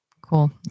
Cool